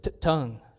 tongue